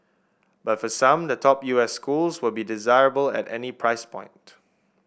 but for some the top U S schools will be desirable at any price point